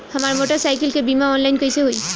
हमार मोटर साईकीलके बीमा ऑनलाइन कैसे होई?